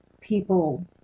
people